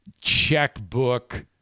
checkbook